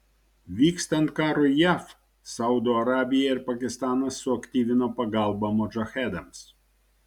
vykstant karui jav saudo arabija ir pakistanas suaktyvino pagalbą modžahedams